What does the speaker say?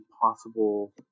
possible